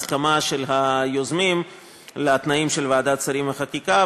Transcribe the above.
הסכמה של היוזמים לתנאים של ועדת השרים לחקיקה,